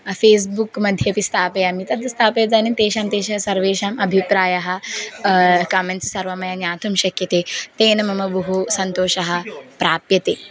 फ़ेस्बुक्मध्येपि स्थापयामि तद् स्थाप्य इदानीं तेषां तेषां सर्वेषाम् अभिप्रायः कमेण्ट्स् सर्वं मया ज्ञातुं शक्यते तेन मम बहु सन्तोषः प्राप्यते